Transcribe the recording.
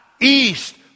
east